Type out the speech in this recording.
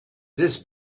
this